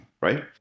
Right